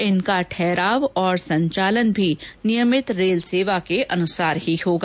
इनका ठहराव और संचालन नियमित रेल सेवाओं के अनुसार ही होगा